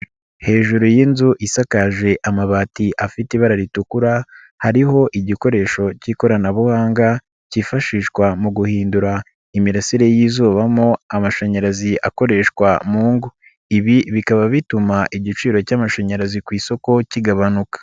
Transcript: Hejuru y'inzu isakaje amabati afite ibara ritukura hariho igikoresho k'ikoranabuhanga kifashishwa mu guhindura imirasire y'izuba mo amashanyarazi akoreshwa mu ngo. Ibi bikaba bituma igiciro cy'amashanyarazi ku isoko kigabanuka.